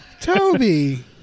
Toby